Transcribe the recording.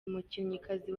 umukinnyikazi